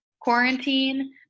quarantine